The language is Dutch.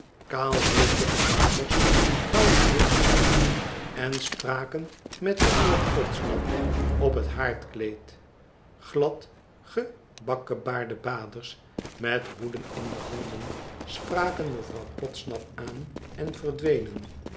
kaaihoofdige baders vouwden hunne armen en spraken met den heer podsnap op het haardkleed glad gebakkebaarde baders met hoeden in de handen spraken mevrouw podsnap aan en verdwenen